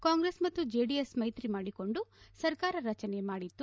ಕಾಂಗ್ರೆಸ್ ಮತ್ತು ಜೆಡಿಎಸ್ ಮೈತ್ರಿ ಮಾಡಿಕೊಂಡು ಸರಕಾರ ರಚನೆ ಮಾಡಿತ್ತು